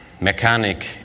mechanic